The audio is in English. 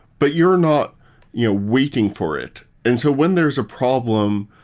but you're not you know waiting for it. and so when there's a problem,